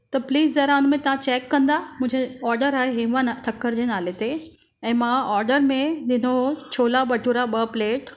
त प्लिस ज़रा उनमें तव्हां चेक कंदा मुंहिंजी ऑडर आहे हेमा न ठक्कर जे नाले ते ऐं मां ऑडर में विधो हो छोला बटूरा ॿ प्लेट